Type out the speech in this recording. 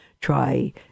try